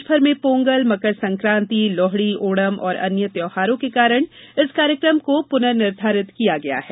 देश भर में पोंगल मकर संक्रांति लोहडी ओणम और अन्य त्योहारों के कारण इस कार्यक्रम को पुनर्निर्धारित किया गया है